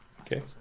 Okay